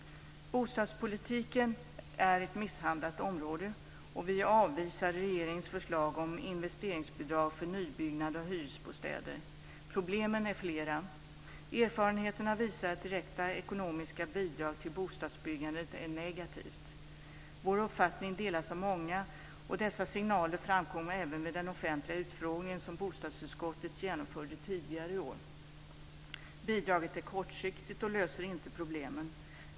Bostadspolitiken är ett misshandlat område, och vi avvisar regeringens förslag om investeringsbidrag för nybyggnad av hyresbostäder. Problemen är flera. Erfarenheterna visar att direkta ekonomiska bidrag till bostadsbyggande är negativt. Vår uppfattning delas av många, och dessa signaler framkom även vid den offentliga utfrågning som bostadsutskottet genomförde tidigare i år. Bidraget är kortsiktigt och löser inte problemen.